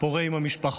פורה עם המשפחות,